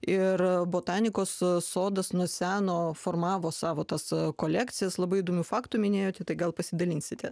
ir botanikos sodas nuo seno formavo savo tas kolekcijas labai įdomių faktų minėjote tai gal pasidalinsite